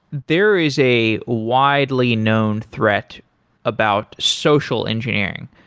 there is a widely known threat about social engineering.